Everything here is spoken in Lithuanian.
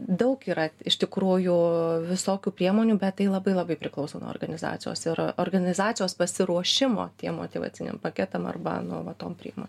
daug yra iš tikrųjų visokių priemonių bet tai labai labai priklauso nuo organizacijos ir organizacijos pasiruošimo tie motyvaciniam paketam arba nu va tom priemo